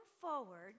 forward